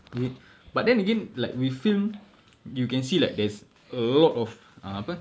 is it but then again like with film you can see like there's a lot of uh apa